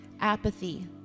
apathy